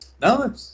No